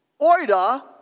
oida